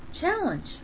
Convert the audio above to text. challenge